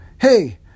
Hey